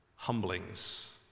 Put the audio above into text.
humblings